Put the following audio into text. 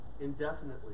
indefinitely